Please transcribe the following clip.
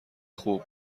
خوب